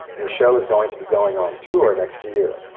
the show is going to be going on tour next year.